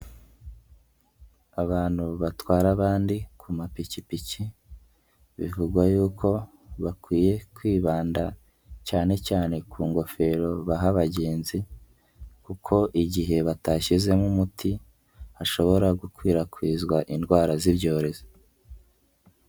Abantu batwara abandi ku mapikipiki, bivugwa yuko bakwiye kwibanda cyane cyane ku ngofero baha abagenzi kuko igihe batashyizemo umuti, hashobora gukwirakwizwa indwara z'ibyorezo.